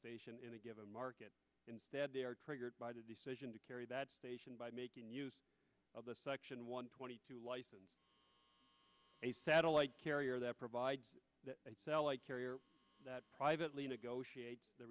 station in a given market instead they are triggered by the decision to carry that station by making use of the section one twenty two license a satellite carrier that provides that carrier privately negotiate the